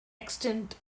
extent